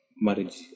marriage